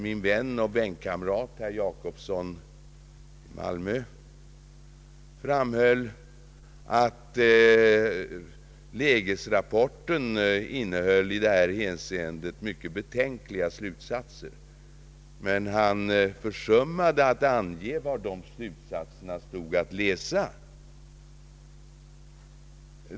Min vän och bänkkamrat herr Jacobsson i Malmö framhöll att lägesrapporten innehöll i detta hänseende mycket betänkliga slutsatser, men han försummade att ange var de slutsatserna stod att läsa.